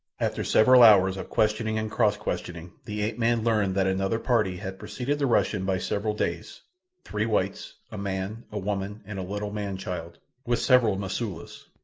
after several hours of questioning and cross-questioning the ape-man learned that another party had preceded the russian by several days three whites a man, a woman, and a little man-child, with several mosulas.